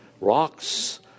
Rocks